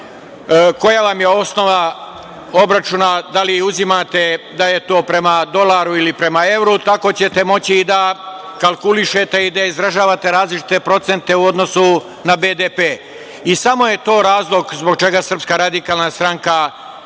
koja vam je osnova obračuna, da li uzimate da je to prema dolaru ili prema evru, tako ćete moći da kalkulišete i da izražavate različite procente u odnosu na BDP. I samo je to razlog zbog čega SRS jednostavno